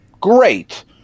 great